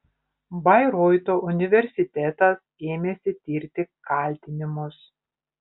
bairoito universitetas ėmėsi tirti kaltinimus